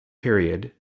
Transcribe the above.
period